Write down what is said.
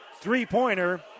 three-pointer